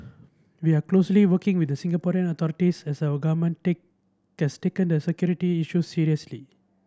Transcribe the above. we are closely working with the Singaporean authorities as our government take has taken the security issue seriously